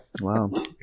Wow